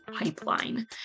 pipeline